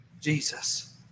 Jesus